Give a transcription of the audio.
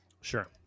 sure